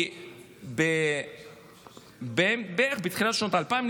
כי בערך בתחילת שנות האלפיים,